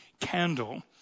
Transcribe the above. candle